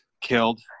killed